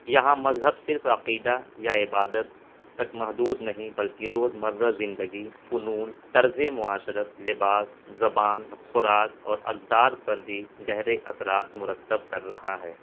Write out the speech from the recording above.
یہاں مذہب صرف عقیدہ یا عبادت تک محدود نہیں بلکہ روز مرّہ زندگی فنون طرز معاشرت لباس زبان خراک اور اقدار پر بھی گہرے اثرات مرتب کر رہا ہے